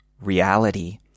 reality